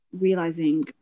realizing